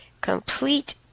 Complete